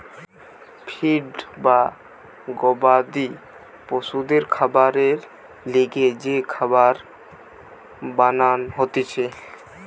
feed বা গবাদি পশুদের খাবারের লিগে যে খাবার বানান হতিছে